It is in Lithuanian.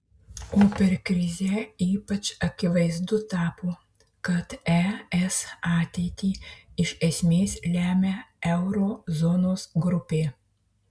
o per krizę ypač akivaizdu tapo kad es ateitį iš esmės lemia euro zonos grupė